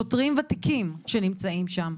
שוטרים ותיקים שנמצאים שם.